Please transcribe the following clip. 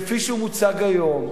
כפי שהוא מוצג היום,